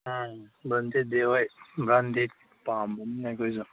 ꯑꯥ ꯕ꯭ꯔꯥꯟꯗꯦꯠꯇꯤ ꯍꯣꯏ ꯕ꯭ꯔꯦꯟꯗꯦꯠ ꯄꯥꯝꯕꯅꯤꯅ ꯑꯩꯈꯣꯏꯁꯨ